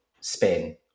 spin